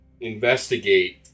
investigate